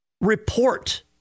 report